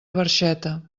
barxeta